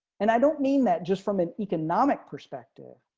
and i don't mean that just from an economic perspective.